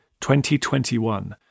2021